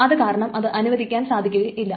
അതു കാരണം അത് അനുവദിക്കുവാൻ സാധിക്കുകയില്ല